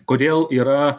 kodėl yra